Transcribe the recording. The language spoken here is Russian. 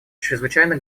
чрезвычайно